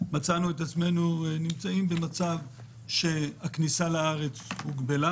מצאנו את עצמנו נמצאים במצב שהכניסה לארץ הוגבלה